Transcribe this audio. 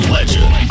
Legend